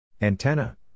Antenna